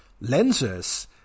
Lenses